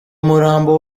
murambo